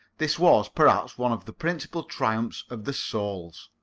this was, perhaps, one of the principal triumphs of the soles.